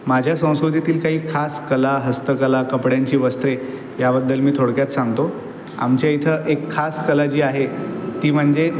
माझ्या संस्कृतीतील काही खास कला हस्तकला कपड्यांची वस्त्रे याबद्दल मी थोडक्यात सांगतो आमच्या इथं एक खास कला जी आहे ती म्हणजे